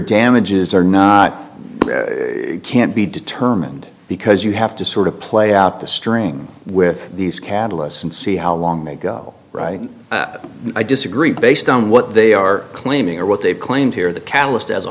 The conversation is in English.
damages are not can't be determined because you have to sort of play out the string with these catalysts and see how long they go right i disagree based on what they are claiming or what they've claimed here the catalyst as a